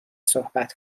صحبت